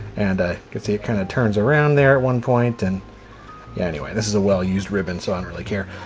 and i can see it kind of turns around there at one point and yeah anyway this is a well used ribbon. so i don't really care.